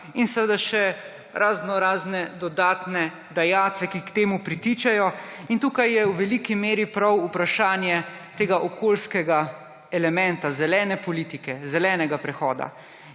in seveda še raznorazne dodatne dajatve, ki k temu pritičejo. Tukaj je v veliki meri prav vprašanje tega okoljskega elementa, zelene politike, zelenega prehoda.